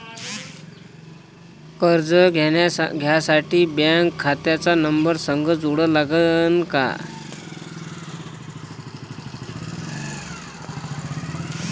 कर्ज घ्यासाठी बँक खात्याचा नंबर संग जोडा लागन का?